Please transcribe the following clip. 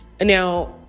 Now